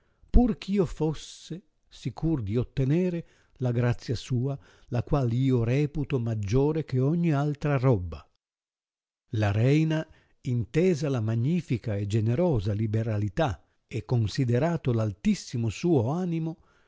pur ch'io fosse sicuro di ottener la grazia sua la qual io reputo maggiore che ogni altra robba la reina intesa la magnifica e generosa liberalità e considerato l'altissimo suo animo